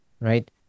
right